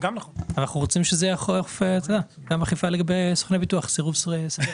אנחנו רוצים אכיפה לגבי סוכני ביטוח, סירוב סביר.